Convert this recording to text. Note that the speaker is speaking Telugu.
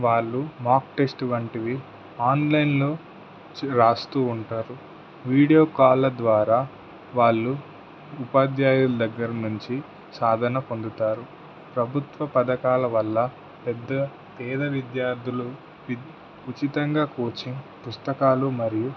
వాళ్ళు మాక్ టెస్ట్ వంటివి ఆన్లైన్లో వ్రాస్తూ ఉంటారు వీడియో కాల్ ద్వారా వాళ్ళు ఉపాధ్యాయుల దగ్గర నుంచి సాధన పొందుతారు ప్రభుత్వ పథకాల వల్ల పెద్ద పేద విద్యార్థులు ఉచితంగా కోచింగ్ పుస్తకాలు మరియు